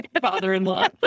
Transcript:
father-in-law